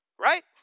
right